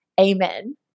Amen